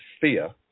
fear